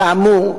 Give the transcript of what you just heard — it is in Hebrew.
כאמור,